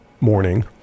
morning